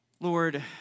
Lord